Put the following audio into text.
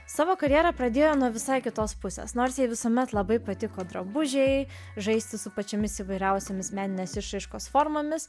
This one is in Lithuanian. savo karjerą pradėjo nuo visai kitos pusės nors jai visuomet labai patiko drabužiai žaisti su pačiomis įvairiausiomis meninės išraiškos formomis